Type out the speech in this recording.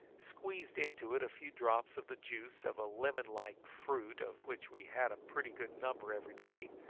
squeezed into it a few drops of the juice of a lemon-like fruit of which we had a pretty good number every day,